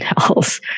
else